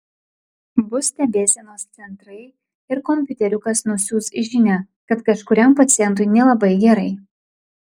bus stebėsenos centrai ir kompiuteriukas nusiųs žinią kad kažkuriam pacientui nelabai gerai